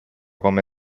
come